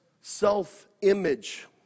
self-image